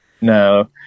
no